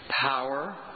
Power